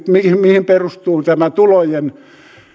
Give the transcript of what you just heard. mihin mihin perustuu tämä tulojen